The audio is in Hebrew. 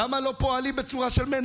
למה לא פועלים בצורה של מנע?